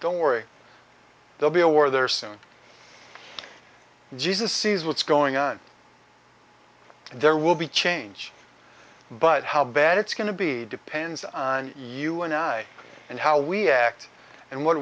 don't worry they'll be a war there soon jesus sees what's going on and there will be change but how bad it's going to be depends on you and i and how we act and what